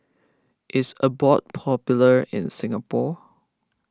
is Abbott popular in Singapore